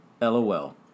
LOL